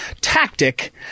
tactic